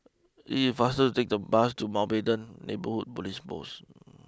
it is faster to take the bus to Mountbatten Neighbourhood police post